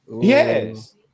yes